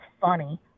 funny